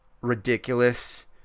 ridiculous